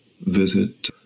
visit